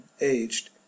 aged